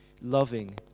loving